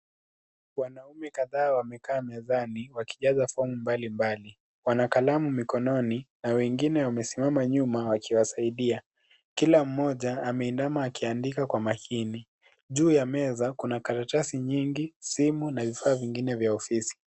Wanaume kadhaa wamekaa mezani, wakijaza fomu mbalimbali. Wana kalamu mikononi na wengine wamesimama nyuma wakiwasaidia. Kila mmoja ameinama akiandika kwa makini. Juu ya meza kuna kalatasi nyingi simu na vifaa vingine vya ofisi.